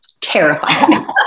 terrifying